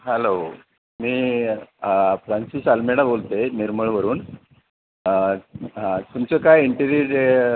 hello मी फ्रानसीस आल्मेडा बोलतो आहे निर्मळवरून तुमचं काय इंटिरिअर